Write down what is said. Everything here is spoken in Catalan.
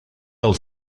del